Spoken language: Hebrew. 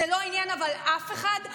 זה לא עניין אף אחד.